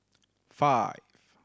five